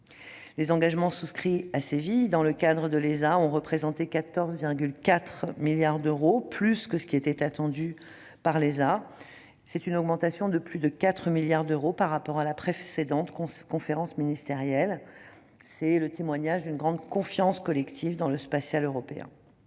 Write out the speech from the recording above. Les engagements souscrits à Séville dans le cadre de l'ESA ont atteint 14,4 milliards d'euros, une somme supérieure à ce qui était attendu par l'Agence et représente une augmentation de 4 milliards d'euros par rapport à la précédente conférence ministérielle, témoignant d'une grande confiance collective dans le spatial européen.